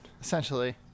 essentially